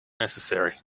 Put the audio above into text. necessary